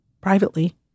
privately